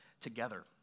together